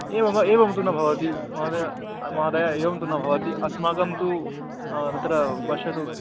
एवं वा एवं तु न भवति महोदये महोदये एवं तु न भवति अस्माकं तु तत्र पश्यतु